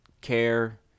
care